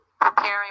preparing